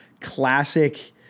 classic